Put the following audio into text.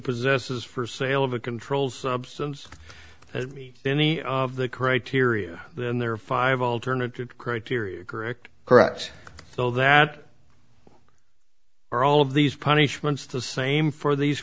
possesses for sale of a controlled substance any of the criteria then there are five alternative criteria correct correct though that are all of these punishments the same for these